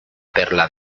perla